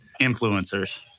influencers